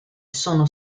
sono